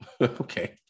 Okay